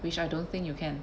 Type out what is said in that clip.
which I don't think you can